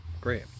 Great